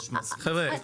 חבר'ה,